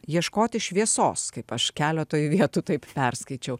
ieškoti šviesos kaip aš keletoj vietų taip perskaičiau